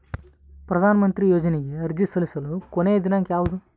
ಪ್ರಧಾನ ಮಂತ್ರಿ ಯೋಜನೆಗೆ ಅರ್ಜಿ ಸಲ್ಲಿಸಲು ಕೊನೆಯ ದಿನಾಂಕ ಯಾವದು?